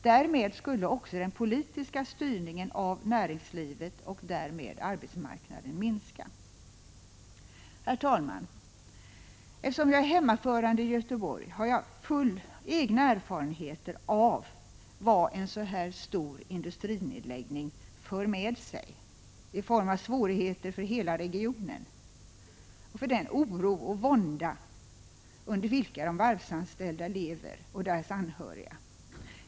Då skulle också den politiska styrningen av näringslivet och därmed av arbetsmarknaden minska. Herr talman! Eftersom jag är hemmahörande i Göteborg, har jag egna erfarenheter av vad en sådan här stor industrinedläggning för med sig i form av svårigheter för hela regionen och den oro och vånda som de varvsanställda och deras anhöriga lever under.